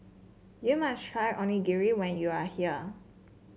you must try Onigiri when you are here